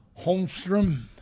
Holmstrom